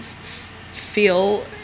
feel